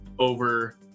over